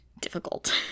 difficult